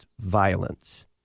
violence